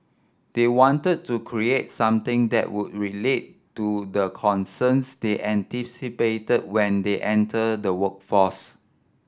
they wanted to create something that would relate to the concerns they anticipated when they enter the workforce